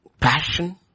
passion